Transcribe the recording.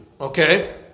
Okay